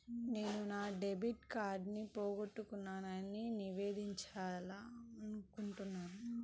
నేను నా డెబిట్ కార్డ్ని పోగొట్టుకున్నాని నివేదించాలనుకుంటున్నాను